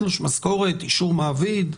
תלוש משכורת, אישור מעביד.